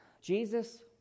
Jesus